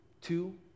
Two